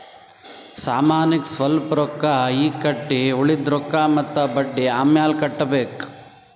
ಸಾಮಾನಿಗ್ ಸ್ವಲ್ಪ್ ರೊಕ್ಕಾ ಈಗ್ ಕಟ್ಟಿ ಉಳ್ದಿದ್ ರೊಕ್ಕಾ ಮತ್ತ ಬಡ್ಡಿ ಅಮ್ಯಾಲ್ ಕಟ್ಟಬೇಕ್